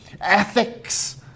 ethics